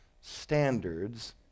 standards